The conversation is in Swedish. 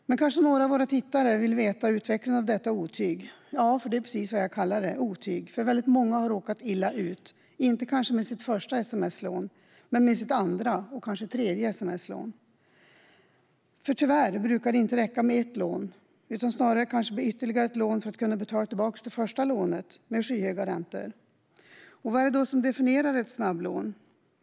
Men kanske några av våra tittare vill veta utvecklingen av detta otyg. Ja, otyg är precis vad jag kallar det, för väldigt många har råkat illa ut - kanske inte med sitt första sms-lån, men med sitt andra eller tredje. Tyvärr brukar det nämligen inte räcka med ett lån. Det blir snarare ytterligare ett lån för att kunna betala tillbaka det första lånet med skyhöga räntor. Vad är det då som definierar ett snabblån?